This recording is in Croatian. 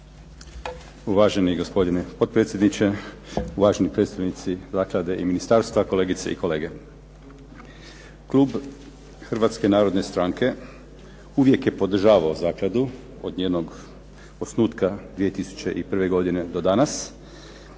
Uvaženi gospodine potpredsjedniče, uvaženi predstavnici zaklade, ministarstva, kolegice i kolege. Klub Hrvatske narodne stranke uvijek je podržavao zakladu od njenog osnutka 2001. godine do danas,